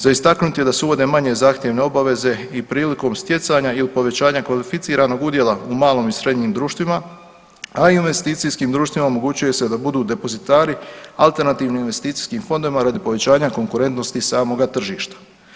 Za istaknuti je da se uvode manje zahtjevne obaveze i prilikom stjecanja ili povećanja kvalificiranog udjela u malim i srednjim društvima a investicijskim društvima omogućuje se da budu depozitari alternativnim investicijskim fondovima radi povećanja konkretnosti samoga tržišta.